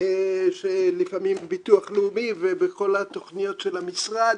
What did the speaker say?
לפעמים ביטוח לאומי ובכל התכניות של המשרד.